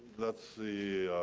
that's the